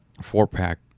four-pack